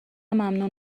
ممنون